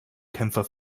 kämpfer